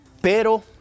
Pero